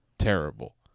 terrible